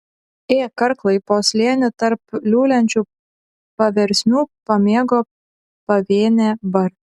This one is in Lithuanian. ė karklai po slėnį tarp liulančių paversmių pamėgo pavėnę bar